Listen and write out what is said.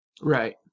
Right